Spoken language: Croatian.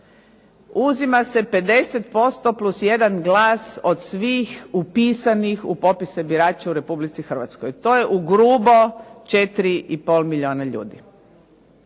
uzima se 50% plus jedan glas od svih upisanih u popise birača u Republici Hrvatskoj. To je ugrubo 4,5 milijuna ljudi.